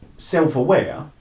self-aware